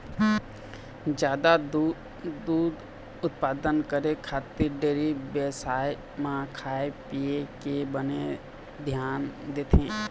जादा दूद उत्पादन करे खातिर डेयरी बेवसाय म खाए पिए के बने धियान देथे